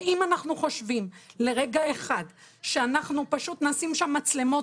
ואם אנחנו חושבים לרגע אחד שאנחנו פשוט נשים שם מצלמות